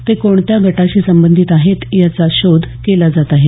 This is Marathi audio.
ते कोणत्या गटाशी संबंधित आहेत याचा तपास केला जात आहे